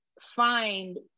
find